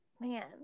man